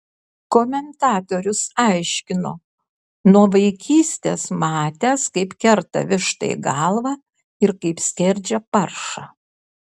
komentatorius aiškino nuo vaikystės matęs kaip kerta vištai galvą ir kaip skerdžia paršą